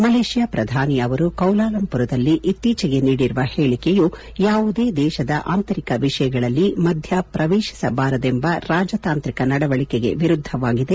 ಮಲೇಷ್ನಾ ಪ್ರಧಾನಿ ಅವರು ಕೌಲಾಲಂಪುರದಲ್ಲಿ ಇತ್ತೀಚೆಗೆ ನೀಡಿರುವ ಹೇಳಿಕೆಯು ಯಾವುದೇ ದೇಶದ ಆಂತರಿಕ ವಿಷಯಗಳಲ್ಲಿ ಮಧ್ಯಪ್ರವೇಶಿಸಬಾರದೆಂಬ ರಾಜತಾಂತ್ರಿಕ ನಡವಳಿಕೆಗೆ ವಿರುದ್ದವಾಗಿದೆ